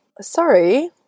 Sorry